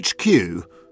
HQ